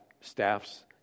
staffs